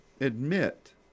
admit